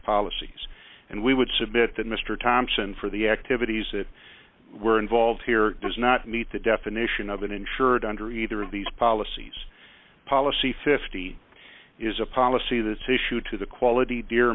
policies and we would submit that mr thompson for the activities that were involved here does not meet the definition of an insured under either of these policies policy fifty is a policy that's issued to the quality deer